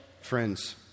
Friends